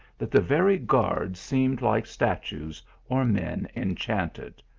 that the very guards seemed like statues or men enchanted.